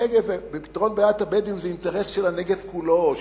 פתרון בעיית הבדואים זה אינטרס של הנגב כולו,